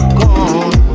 gone